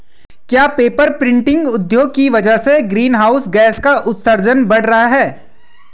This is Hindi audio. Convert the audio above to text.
क्या पेपर प्रिंटिंग उद्योग की वजह से ग्रीन हाउस गैसों का उत्सर्जन बढ़ रहा है?